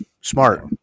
smart